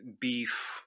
beef